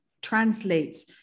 translates